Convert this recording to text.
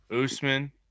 Usman